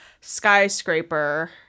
skyscraper